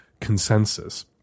consensus